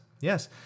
yes